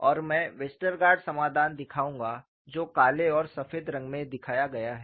और मैं वेस्टरगार्ड समाधान दिखाऊंगा जो काले और सफेद रंग में दिखाया गया है